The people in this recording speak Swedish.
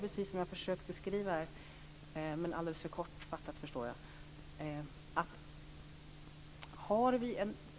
Precis som jag har försökt beskriva här, om än alldeles för kortfattat, ser jag det tvärtom.